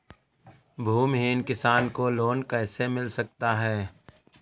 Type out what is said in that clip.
भूमिहीन किसान को लोन कैसे मिल सकता है?